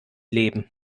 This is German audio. leben